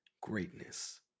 greatness